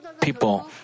people